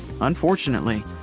Unfortunately